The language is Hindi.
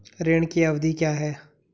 ऋण की अवधि क्या है?